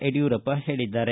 ಯಡಿಯೂರಪ್ಪ ಹೇಳಿದ್ದಾರೆ